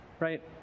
right